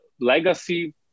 legacy